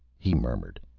he murmured.